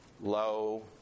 Low